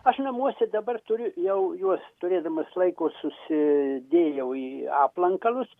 aš namuose dabar turiu jau juos turėdamas laiko susidėjau į aplankalus